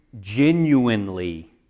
genuinely